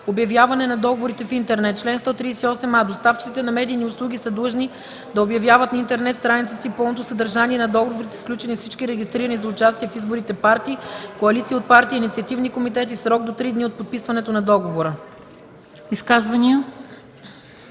„Обявяване на договорите в интернет Чл. 138а. Доставчиците на медийни услуги са длъжни да обявяват на интернет страницата си пълното съдържание на договорите, сключени с всички регистрирани за участие в изборите партии, коалиции от партии и инициативни комитети в срок до три дни от подписването на договора.“